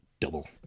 double